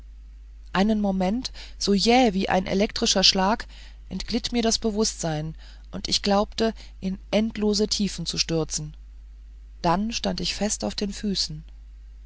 einen moment so jäh wie ein elektrischer schlag entglitt mir das bewußtsein und ich glaubte in endlose tiefen zu stürzen dann stand ich fest auf den füßen